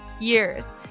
years